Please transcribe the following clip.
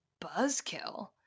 buzzkill